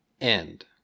end